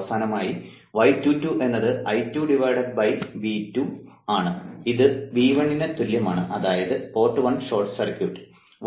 അവസാനമായി y22 എന്നത് I2 V2 ആണ് അത് V1 ന് തുല്യമാണ് അതായത് പോർട്ട് 1 ഷോർട്ട് സർക്യൂട്ട്